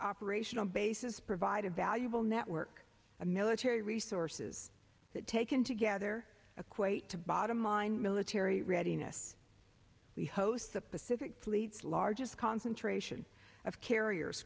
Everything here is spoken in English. operational bases provide a valuable network a military resources that taken together a quite to bottom line military readiness we host the pacific fleets largest concentration of carriers